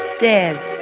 Dead